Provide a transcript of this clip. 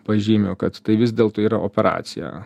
pažymiu kad tai vis dėlto yra operacija